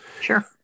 Sure